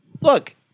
look